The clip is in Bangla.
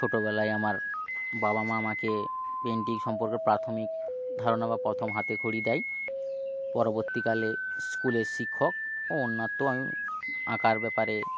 ছোটোবেলায় আমার বাবা মা আমাকে পেন্টিং সম্পর্কে প্রাথমিক ধারণা বা প্রথম হাতে খড়ি দেয় পরব স্কুলের শিক্ষক ও অন্যত্র আমি আঁকার ব্যাপারে